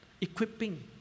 equipping